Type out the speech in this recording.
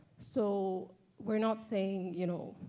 so we're not saying, you know,